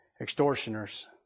extortioners